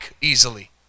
easily